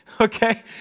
Okay